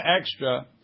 extra